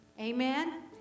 Amen